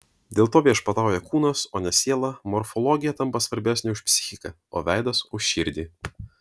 dėl to viešpatauja kūnas o ne siela morfologija tampa svarbesnė už psichiką o veidas už širdį